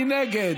מי נגד?